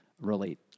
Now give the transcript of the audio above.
relate